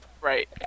Right